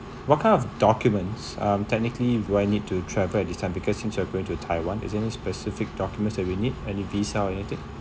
what kind of documents um technically do I need to travel at this time because since we are going to taiwan is there any specific documents that we need any visa or anything